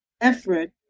effort